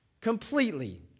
completely